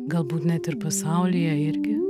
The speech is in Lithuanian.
galbūt net ir pasaulyje irgi